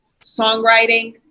songwriting